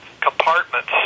compartments